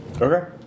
Okay